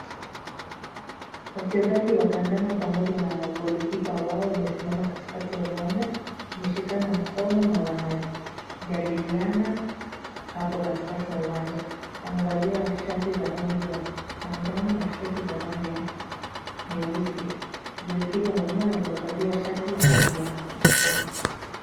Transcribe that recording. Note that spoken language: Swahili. Wachezaji wa kandanda pamoja na goalkeeper wao wamesimama katikati ya uwanja, wameshikana mkono na wanajadiliana hapo katikati ya uwanja. Wamevalia shati za rangi ya manjano na short za rangi ya nyeusi. goalkeeper mwenyewe amevalia shati ya rangi ya nyekundu.